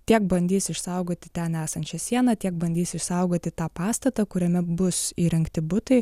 tiek bandys išsaugoti ten esančią sieną tiek bandys išsaugoti tą pastatą kuriame bus įrengti butai